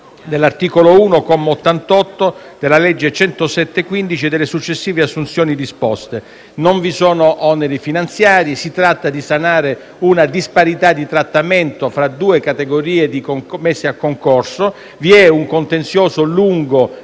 della legge 13 luglio 2015, n. 107 e delle successive assunzioni disposte. Non vi sono oneri finanziari. Si tratta di sanare una disparità di trattamento tra due categorie messe a concorso. Vi è un contenzioso lungo,